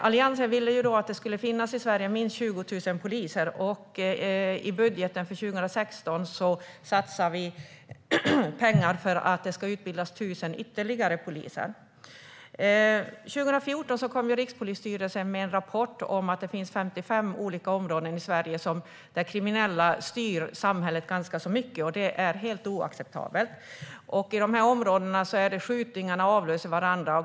Alliansen ville att det skulle finns minst 20 000 poliser i Sverige. I budgeten för 2016 satsar vi pengar för att det ska utbildas ytterligare 1 000 poliser. Rikspolisstyrelsen kom med en rapport 2014 om att det finns 55 olika områden i Sverige där kriminella styr samhället ganska mycket, och det är helt oacceptabelt. I dessa områden avlöser skjutningarna varandra.